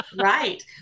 Right